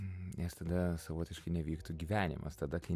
nes tada savotiškai nevyktų gyvenimas tada kai